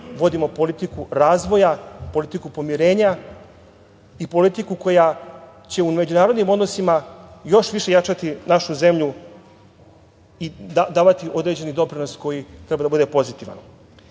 vodimo politiku razvoja, politiku pomirenja i politiku koja će u međunarodnim odnosima još više jačati našu zemlju i davati određeni doprinos koji treba da bude pozitivan.U